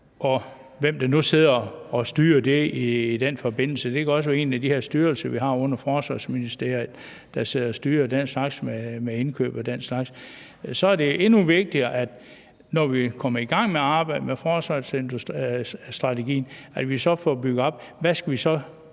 og hvem der nu sidder og styrer det i den forbindelse – det kan også være en af de her styrelser, vi har under Forsvarsministeriet, der sidder og styrer indkøb og den slags – så er det endnu vigtigere, når vi kommer i gang med arbejdet med forsvarsstrategien, at vi så bygger den op i